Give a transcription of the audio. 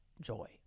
joy